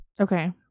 Okay